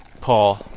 Paul